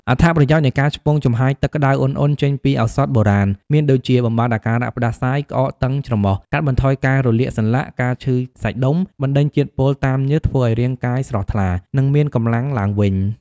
អត្ថប្រយោជន៍នៃការឆ្ពង់ចំហាយទឹកក្តៅឧណ្ឌៗចេញពីឱសថបុរាណ មានដូចជា បំបាត់អាការៈផ្តាសាយ ក្អក តឹងច្រមុះ កាត់បន្ថយការរលាកសន្លាក់ ការឈឺសាច់ដុំ បណ្តេញជាតិពុលតាមញើស ធ្វើឲ្យរាងកាយស្រស់ថ្លា និងមានកម្លាំងឡើងវិញ។